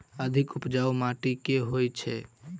अधिक उपजाउ माटि केँ होइ छै?